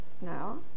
now